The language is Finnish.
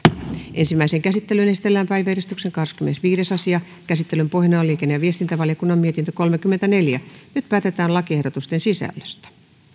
ensimmäiseen käsittelyyn esitellään päiväjärjestyksen kahdeskymmenesviides asia käsittelyn pohjana on liikenne ja viestintävaliokunnan mietintö kolmekymmentäneljä nyt päätetään lakiehdotusten sisällöstä